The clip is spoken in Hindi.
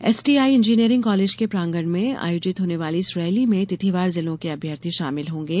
एसएटीआई इंजीनियरिंग कॉलेज के प्रागंण में आयोजित होने वाली इस रैली में तिथिवार जिलो के अभ्यर्थी शामिल होंगे